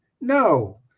no